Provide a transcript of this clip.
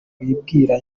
bibwira